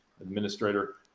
administrator